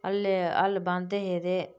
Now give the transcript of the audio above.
अल्लै हल बांह्दे हे ते